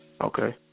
Okay